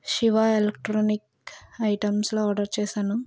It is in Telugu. శివ ఎలక్ట్రానిక్ ఐటమ్స్ లో ఆర్డర్ చేశాను